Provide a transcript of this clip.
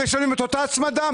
הם משלמים את אותה הצמדה?